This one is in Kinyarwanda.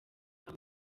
kwa